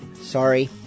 Sorry